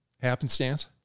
happenstance